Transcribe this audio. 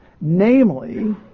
Namely